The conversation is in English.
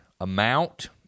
amount